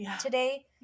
today